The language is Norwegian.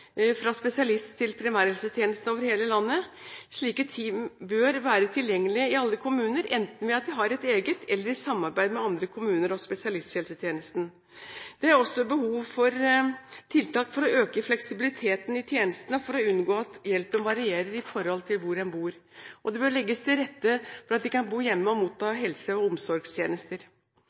fra spesialist- til primærhelsetjenesten over hele landet. Slike team bør være tilgjengelige i alle kommuner, enten ved å ha et eget, eller har et samarbeid med andre kommuner og spesialisthelsetjenesten. Det er også behov for tiltak for å øke fleksibiliteten i tjenestene og for å unngå at hjelpen varierer i forhold til hvor en bor, og det bør legges til rette for at de kan bo hjemme og motta helse- og omsorgstjenester.